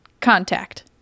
contact